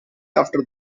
after